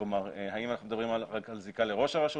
האם אנחנו מדברים רק על זיקה לראש הרשות